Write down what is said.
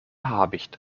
habicht